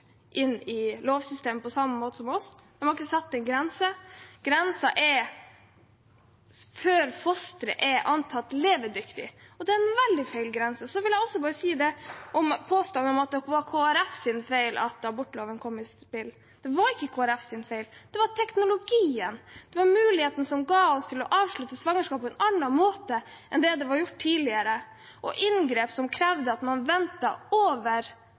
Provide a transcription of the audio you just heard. i lovsystemet på samme måte som oss. De har ikke satt en grense. Grensen er før fosteret er antatt levedyktig, og det er en veldig feil grense. Så vil jeg også bare si om påstanden om at det var Kristelig Folkepartis feil at abortloven kom i spill: Det var ikke Kristelig Folkepartis feil. Det var teknologien, det var muligheten som ble gitt oss til å avslutte svangerskap på en annen måte enn det var gjort tidligere, og inngrep som krevde at man ventet over